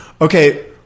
okay